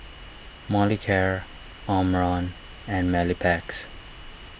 Molicare Omron and Mepilex